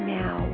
now